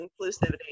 inclusivity